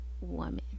woman